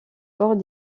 portes